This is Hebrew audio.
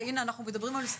של הנה,